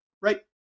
Right